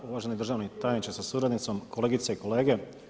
Uvaženi državni tajniče sa suradnicom, kolegice i kolege.